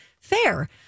FAIR